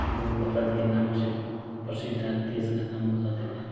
जो भरत के नाम से प्रसिद्ध आज देश का नाम भारत पड़ा